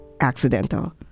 accidental